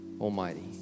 Almighty